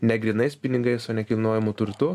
ne grynais pinigais o nekilnojamu turtu